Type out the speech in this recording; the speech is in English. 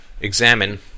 examine